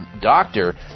doctor